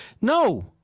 No